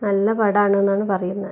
നല്ല പടം ആണെന്നാണ് പറയുന്നത്